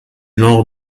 nord